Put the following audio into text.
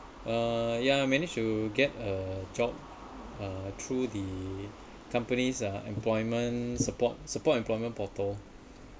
uh ya managed to get a job uh through the companies uh employment support support employment portal